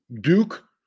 Duke